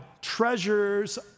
treasures